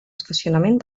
estacionament